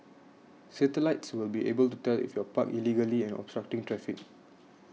satellites will be able to tell if you're parked illegally and obstructing traffic